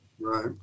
Right